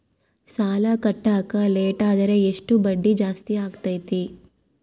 ಸಾಲ ಕಟ್ಟಾಕ ಲೇಟಾದರೆ ಎಷ್ಟು ಬಡ್ಡಿ ಜಾಸ್ತಿ ಆಗ್ತೈತಿ?